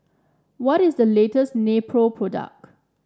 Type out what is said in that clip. what is the latest Nepro product